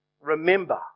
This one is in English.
Remember